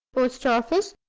post-office,